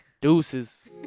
Deuces